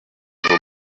who